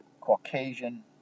Caucasian